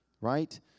right